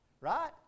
Right